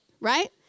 right